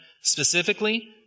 specifically